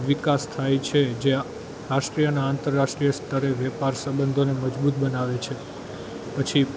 વિકાસ થાય છે જે આ રાષ્ટ્રીય આંતરરાષ્ટ્રીય સ્તરે વેપાર સંબંધોને મજબૂત બનાવે છે પછી